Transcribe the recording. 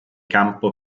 campo